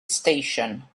station